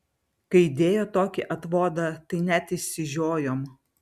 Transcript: kai dėjo tokį atvodą tai net išsižiojom